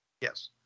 Yes